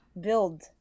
build